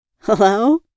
Hello